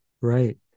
Right